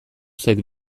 zait